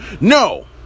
no